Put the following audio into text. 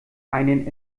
einen